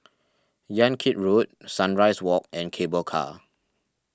Yan Kit Road Sunrise Walk and Cable Car